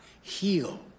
heal